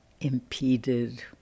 impeded